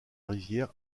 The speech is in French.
rivière